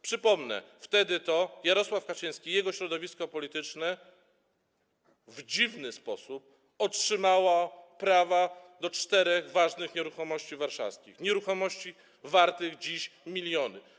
Przypomnę, wtedy to Jarosław Kaczyński i jego środowisko polityczne w dziwny sposób otrzymało prawa do czterech ważnych nieruchomości warszawskich, nieruchomości wartych dziś miliony.